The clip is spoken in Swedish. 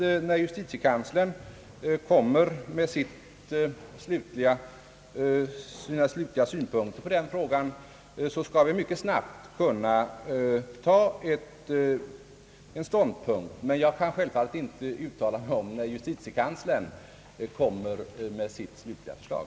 När justitiekanslern kommer med sina slutliga synpunkter på den frågan tror jag att vi mycket snabbt skall kunna ta ståndpunkt, men jag kan självfallet inte uttala mig om när justitiekanslern kommer med sitt slutliga förslag.